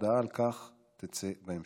הודעה על כך תצא בהמשך.